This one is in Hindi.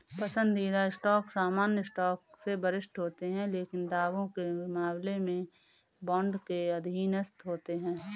पसंदीदा स्टॉक सामान्य स्टॉक से वरिष्ठ होते हैं लेकिन दावों के मामले में बॉन्ड के अधीनस्थ होते हैं